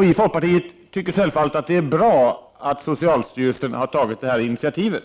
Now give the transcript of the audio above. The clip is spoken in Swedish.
Vi i folkpartiet tycker självfallet att det är bra att socialstyrelsen har tagit detta initiativ,